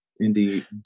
indeed